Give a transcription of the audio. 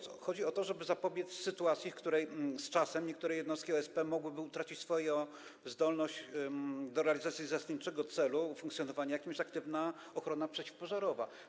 Chodzi o to, żeby zapobiec sytuacji, w której z czasem niektóre jednostki OSP mogłyby utracić swoją zdolność do realizacji zasadniczego celu funkcjonowania, jakim jest aktywna ochrona przeciwpożarowa.